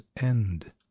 end